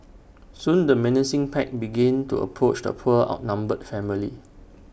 soon the menacing pack began to approach the poor outnumbered family